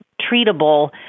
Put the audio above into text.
treatable